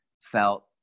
felt